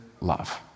love